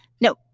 No